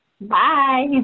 bye